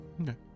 Okay